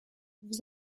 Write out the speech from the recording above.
vous